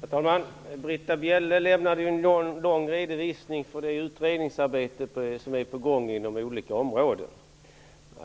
Herr talman! Britta Bjelle lämnade en lång redovisning av det utredningsarbete som är på gång inom olika områden.